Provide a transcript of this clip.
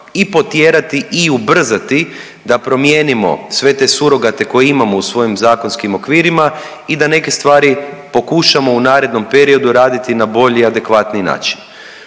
i potjerati i ubrzati da promijenimo sve te surogate koje imamo u svojim zakonskim okvirima i da neke stvari pokušamo u narednom periodu raditi na bolji i adekvatniji način.